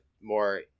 more